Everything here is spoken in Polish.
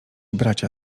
bracia